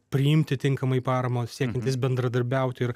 priimti tinkamai paramą siekiantys bendradarbiauti ir